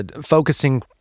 focusing